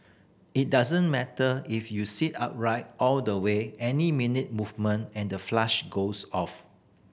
it doesn't matter if you sit upright all the way any minute movement and the flush goes off